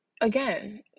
again